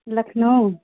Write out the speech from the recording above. Lucknow